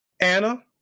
Anna